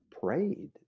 prayed